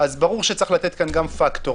אז ברור שצריך לתת כאן גם פקטור,